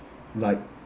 like